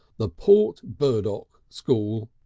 the port burdock school.